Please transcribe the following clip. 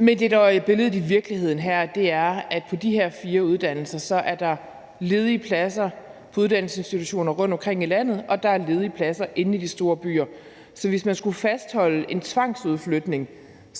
er billedet her, er, at på de her fire uddannelser er der ledige pladser på uddannelsesinstitutioner rundtomkring i landet, og at der er ledige pladser inde i de store byer. Så hvis man skulle fastholde en tvangsflytning,